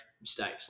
mistakes